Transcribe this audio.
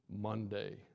Monday